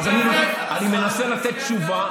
אז אני מנסה לתת תשובה.